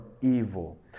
evil